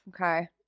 okay